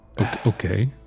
Okay